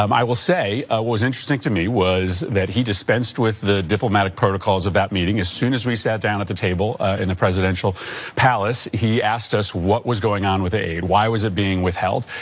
um i will say ah what was interesting to me was that he dispensed with the diplomatic protocols of that meeting. as soon as we sat down at the table in the presidential palace he asked us what was going on with the aid, why was it being withheld.